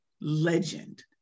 legend